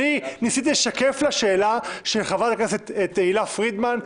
ניסיתי לשקף לה שאלה של חברת הכנסת תהלה פרידמן,